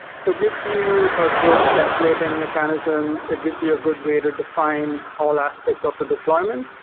so it gives you a good templating mechanism, it gives you a good way to define all aspects of a deployment.